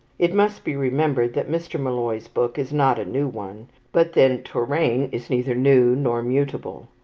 it must be remembered that mr. molloy's book is not a new one but then touraine is neither new nor mutable.